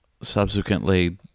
subsequently